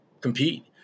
compete